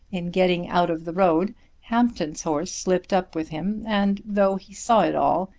in getting out of the road hampton's horse slipped up with him, and, though he saw it all,